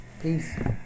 Peace